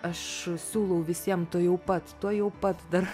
aš siūlau visiem tuojau pat tuojau pat dar